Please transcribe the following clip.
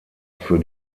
für